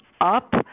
up